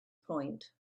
point